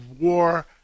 war